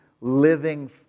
living